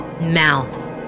mouth